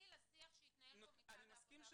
לשיח שהתנהל כאן מול משרד העבודה והרווחה.